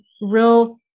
real